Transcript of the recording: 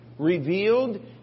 Revealed